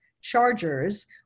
chargers